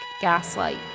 Gaslight